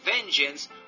vengeance